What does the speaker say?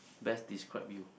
best describe you